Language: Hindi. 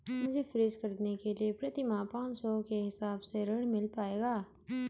मुझे फ्रीज खरीदने के लिए प्रति माह पाँच सौ के हिसाब से ऋण मिल पाएगा?